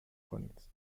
کنید